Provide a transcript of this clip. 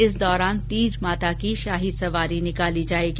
इस दौरान तीज माता की शाही सवारी निकाली जायेगी